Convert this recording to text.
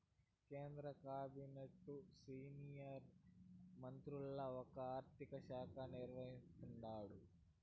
కేంద్ర కాబినెట్లు సీనియర్ మంత్రుల్ల ఒకరు ఆర్థిక శాఖ నిర్వహిస్తాండారు